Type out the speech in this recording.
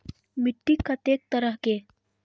मिट्टी कतेक तरह के?